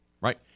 right